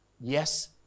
yes